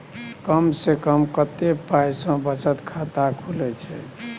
कम से कम कत्ते पाई सं बचत खाता खुले छै?